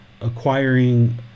acquiring